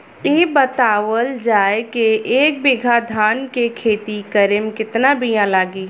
इ बतावल जाए के एक बिघा धान के खेती करेमे कितना बिया लागि?